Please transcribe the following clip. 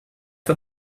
for